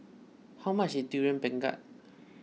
how much is Durian Pengat